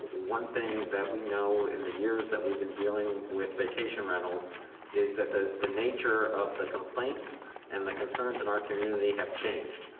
one thing that we know in the years that we've been dealing with vacation rentals is that the the nature of the complaints and the concerns in our community have changed.